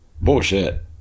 bullshit